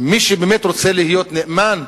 מי שבאמת רוצה להיות נאמן